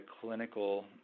clinical